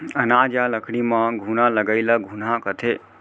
अनाज या लकड़ी मन म घुना लगई ल घुनहा कथें